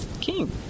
king